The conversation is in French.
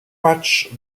matchs